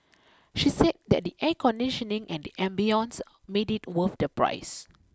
she said that the air conditioning and the ambience made it worth the price